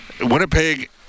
Winnipeg